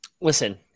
Listen